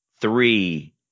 three